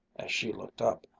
as she looked up,